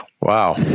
Wow